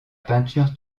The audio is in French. peinture